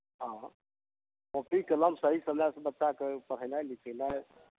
हॅं काॅपी कलम सब ई सब लए कऽ बच्चाके पढइनाइ लिखेनाइ